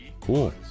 cool